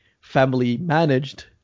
family-managed